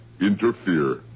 interfere